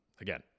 Again